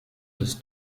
des